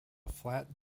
flat